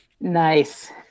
Nice